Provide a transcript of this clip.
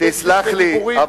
תסלח לי,